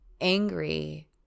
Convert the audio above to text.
angry